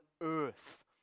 earth